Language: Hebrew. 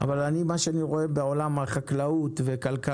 אבל אני מה שאני רואה בעולם החקלאות וכלכלה